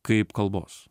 kaip kalbos